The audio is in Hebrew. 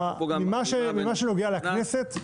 במה שנוגע לכנסת,